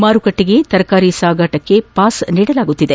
ಮಾರುಕಟ್ಟಿಗೆ ತರಕಾರಿ ಸಾಗಣೆಗೆ ಪಾಸ್ ನೀಡಲಾಗುತ್ತಿದೆ